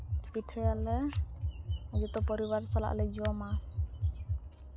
ᱯᱤᱴᱷᱟᱹᱭᱟᱞᱮ ᱡᱚᱛᱚ ᱯᱚᱨᱤᱵᱟᱨ ᱥᱟᱞᱟᱜ ᱞᱮ ᱡᱚᱢᱟ